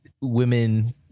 women